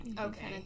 Okay